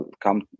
Come